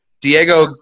Diego